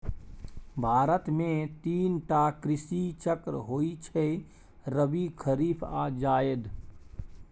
भारत मे तीन टा कृषि चक्र होइ छै रबी, खरीफ आ जाएद